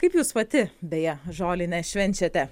kaip jūs pati beje žolinę švenčiate